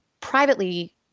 privately